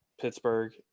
Pittsburgh